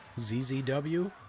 ZZW